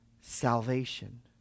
salvation